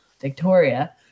Victoria